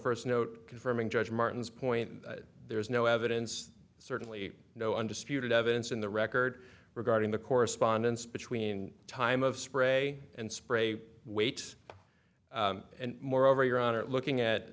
first note confirming judge martin's point there is no evidence certainly no undisputed evidence in the record regarding the correspondence between time of spray and spray weight and moreover your honor looking at